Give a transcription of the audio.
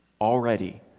already